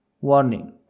Warning